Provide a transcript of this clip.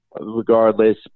regardless